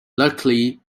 luckily